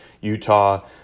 Utah